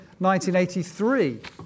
1983